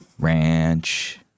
ranch